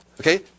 Okay